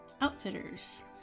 outfitters